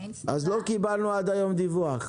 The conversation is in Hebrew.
לא קיבלנו עד היום דיווח.